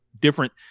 different